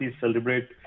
celebrate